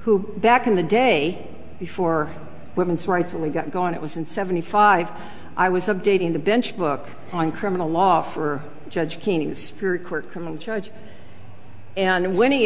who back in the day before women's rights and we got going it was in seventy five i was updating the bench book on criminal law for judge criminal charge and winnie